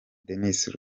denis